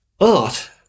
Art